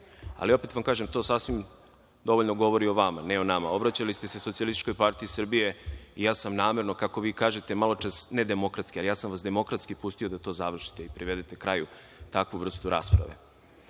ali opet vam kažem, to sasvim dovoljno govori o vama, ne o nama, obraćali ste se SPS i ja sam namerno, kako vi kažete maločas nedemokratski, ali ja sam vas demokratski pustio da to završite i privedete kraju takvu vrstu rasprave.